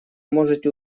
можете